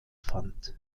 fand